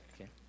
Okay